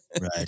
Right